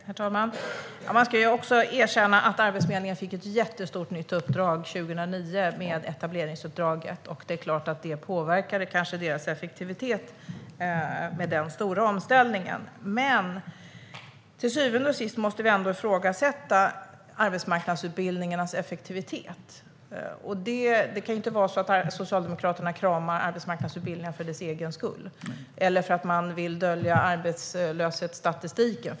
Herr talman! Vi ska också erkänna att Arbetsförmedlingen fick ett jättestort nytt uppdrag 2009 i och med etableringsuppdraget. Det är klart att den stora omställningen kanske påverkade deras effektivitet. Men till syvende och sist måste vi ändå ifrågasätta arbetsmarknadsutbildningarnas effektivitet. Det kan inte vara så att Socialdemokraterna kramar arbetsmarknadsutbildningar för deras egen skull eller för att man vill dölja arbetslöshetsstatistiken.